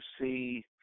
see